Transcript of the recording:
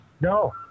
No